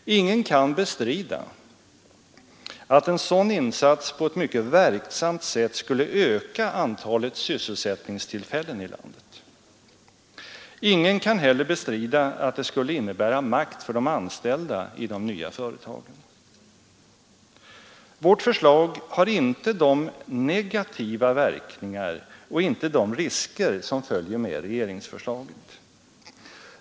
Ingen kan bestrida att en sådan insats på ett mycket verksamt sätt skulle öka antalet sysselsättningstillfällen i landet. Ingen kan heller bestrida att den skulle innebära makt för de anställda i de nya företagen. Vårt förslag har inte de negativa verkningar och inte de risker som följer med regeringsförslaget.